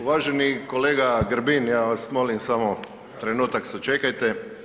Uvaženi kolega Grbin, ja vas molim samo trenutak sačekajte.